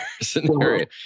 scenario